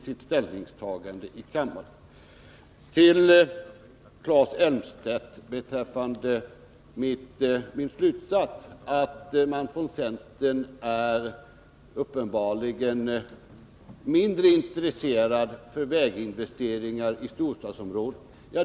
Sedan vill jag återkomma till det Claes Elmstedt sade beträffande min slutsats att man från centern uppenbarligen är mindre intresserad för väginvesteringar i storstadsområdena.